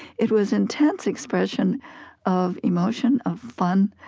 it was intense expression of emotion, of fun,